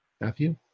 Matthew